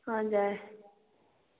हजुर